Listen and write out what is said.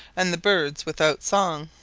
and the birds without song,